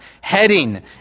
heading